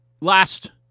last